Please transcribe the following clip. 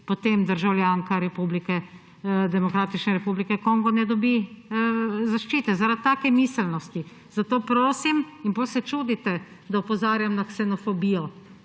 potem državljanka Demokratične republike Kongo ne dobi zaščite, zaradi take miselnosti. In potem se čudite, da opozarjam na ksenofobijo.